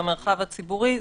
במרחב הציבורי.